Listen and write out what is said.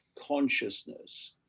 consciousness